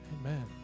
Amen